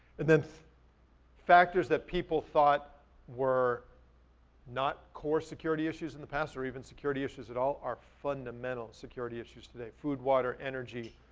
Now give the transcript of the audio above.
and then factors that people thought were not core security issues in the past or even security issues at all are fundamental security issues today, food, water, energy,